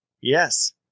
Yes